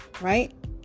Right